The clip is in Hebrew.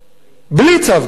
בלי צו גירוש.